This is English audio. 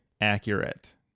accurate